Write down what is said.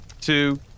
two